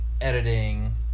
editing